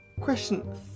Question